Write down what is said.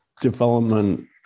development